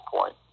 point